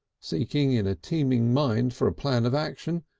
seeking in a teeming mind for a plan of action,